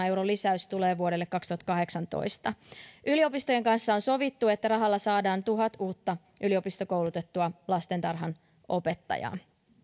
euron lisäys tulee vuodelle kaksituhattakahdeksantoista yliopistojen kanssa on sovittu että rahalla saadaan tuhat uutta yliopistokoulutettua lastentarhanopettajaa